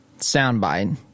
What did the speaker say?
soundbite